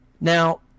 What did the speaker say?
Now